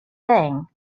thing